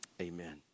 Amen